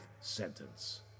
sentence